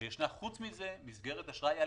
וחוץ מזה יש מסגרת אשראי על